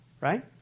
right